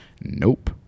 nope